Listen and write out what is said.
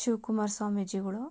ಶಿವಕುಮಾರ್ ಸ್ವಾಮೀಜಿಗಳು